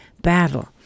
battle